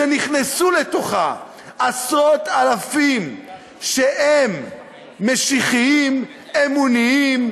שנכנסו לתוכה עשרות אלפים שהם משיחיים, אמוניים,